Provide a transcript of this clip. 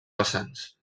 vessants